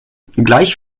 gleich